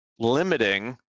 limiting